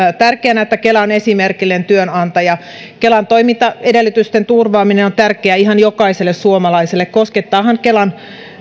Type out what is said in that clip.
tärkeänä että kela on esimerkillinen työnantaja kelan toimintaedellytysten turvaaminen on tärkeää ihan jokaiselle suomalaiselle koskettavathan kelan